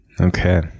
Okay